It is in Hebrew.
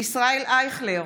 ישראל אייכלר,